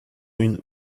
une